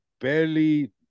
barely